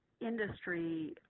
industry